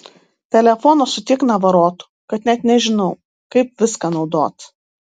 telefonas su tiek navarotų kad net nežinau kaip viską naudot